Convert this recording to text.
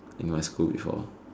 in my school before